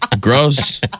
Gross